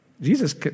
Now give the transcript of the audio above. Jesus